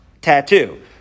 tattoo